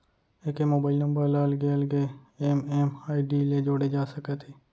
एके mobile number ल अलगे अलगे एम.एम.आई.डी ले जोड़े जा सकत हे